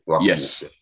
Yes